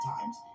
times